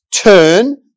turn